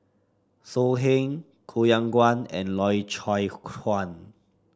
So Heng Koh Yong Guan and Loy Chye Chuan